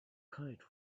kite